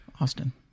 Austin